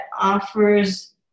offers